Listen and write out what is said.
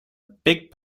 big